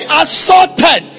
assorted